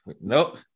nope